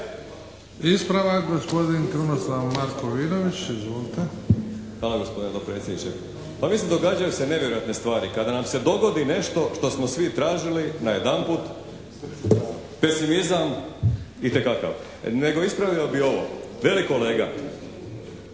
**Markovinović, Krunoslav (HDZ)** Hvala gospodine dopredsjedniče. Pa mislim događaju se nevjerojatne stvari. Kada nam se dogodi nešto što smo svi tražili najedanput pesimizam itekakav. Nego ispravio bih ovo. Veli kolega